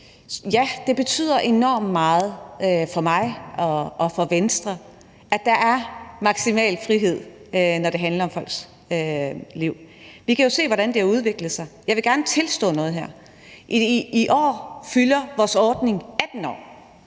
Ja, det betyder enormt meget for mig og for Venstre, at der er maksimal frihed, når det handler om folks liv. Vi kan jo se, hvordan det har udviklet sig. Jeg vil gerne tilstå noget her. I år fylder vores ordning 18 år,